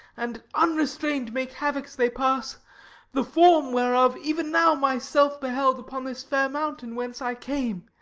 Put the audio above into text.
and, unrestrained, make havoc as they pass the form whereof even now my self beheld upon this fair mountain whence i came.